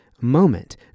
moment